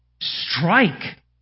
strike